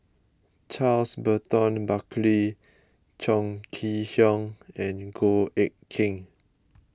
Charles Burton Buckley Chong Kee Hiong and Goh Eck Kheng